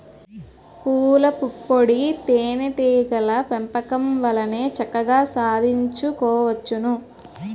పూలపుప్పొడి తేనే టీగల పెంపకం వల్లనే చక్కగా సాధించుకోవచ్చును